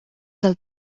del